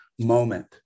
moment